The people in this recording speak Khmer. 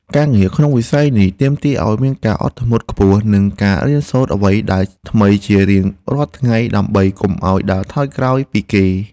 ការងារក្នុងវិស័យនេះទាមទារឱ្យមានការអត់ធ្មត់ខ្ពស់ និងការរៀនសូត្រអ្វីដែលថ្មីជារៀងរាល់ថ្ងៃដើម្បីកុំឱ្យដើរថយក្រោយពីគេ។